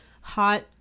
hot